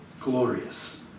glorious